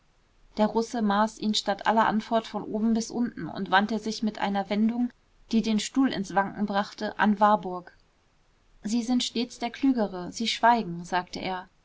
der russe maß ihn statt aller antwort von oben bis unten und wandte sich mit einer wendung die den stuhl ins wanken brachte an warburg sie sind stets der klügere sie schweigen sagte er